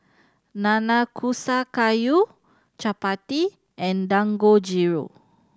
Nanakusa Gayu Chapati and Dangojiru